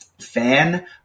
fan